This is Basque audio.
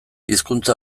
hizkuntza